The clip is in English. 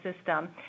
system